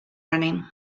running